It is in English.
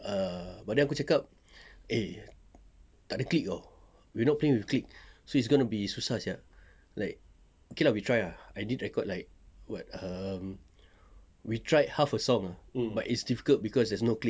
ah but then aku cakap eh tak ada click orh we don't play with click so it's gonna be susah sia like okay lah we try ah I did record like what um we tried half a song ah but it's difficult cause there's no click